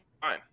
fine